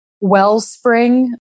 wellspring